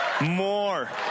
More